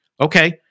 Okay